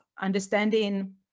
understanding